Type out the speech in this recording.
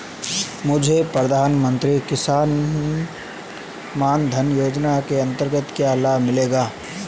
मुझे प्रधानमंत्री किसान मान धन योजना के अंतर्गत क्या लाभ मिलेगा?